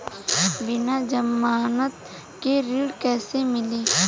बिना जमानत के ऋण कैसे मिली?